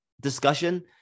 discussion